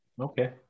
Okay